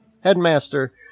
headmaster